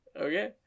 Okay